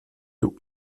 dos